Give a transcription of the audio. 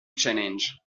challenge